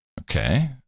Okay